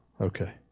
Okay